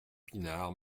pinard